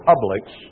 publics